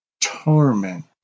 torment